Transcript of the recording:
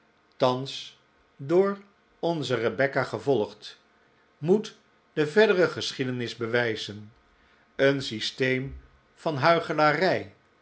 thans door onze rebecca gevolgd moet de verdere geschiedenis bewijzen een systeem van huichelarij